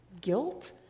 guilt